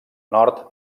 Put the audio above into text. nord